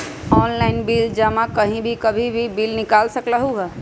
Online bill जमा कहीं भी कभी भी बिल निकाल सकलहु ह?